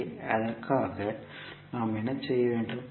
எனவே அதற்காக நாம் என்ன செய்ய வேண்டும்